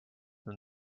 than